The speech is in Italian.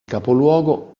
capoluogo